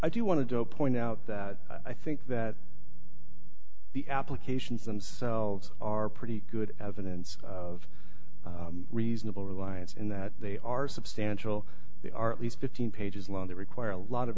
i do want to go point out that i think that the applications themselves are pretty good evidence of reasonable reliance in that they are substantial they are at least fifteen pages long they require a lot of